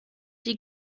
die